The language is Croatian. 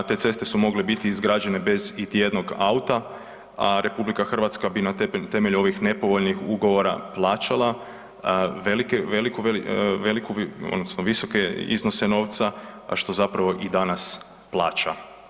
Te ceste su mogle biti izgrađene bez iti jednog auta, a RH bi na temelju ovih nepovoljnih ugovora plaćala visoke iznose novca, a što zapravo i danas plaća.